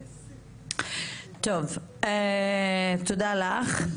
טוב, תודה לך.